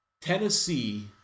Tennessee